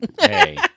Hey